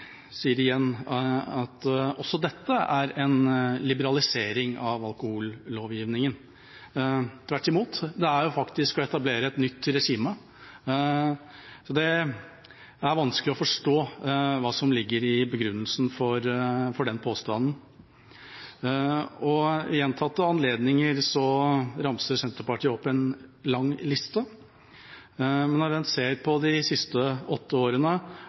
sier igjen at også dette er en liberalisering av alkohollovgivningen. Tvert imot, det er faktisk å etablere et nytt regime, og det er vanskelig å forstå hva som ligger i begrunnelsen for den påstanden. Ved gjentatte anledninger ramser Senterpartiet opp en lang liste. Men når en ser på de siste åtte årene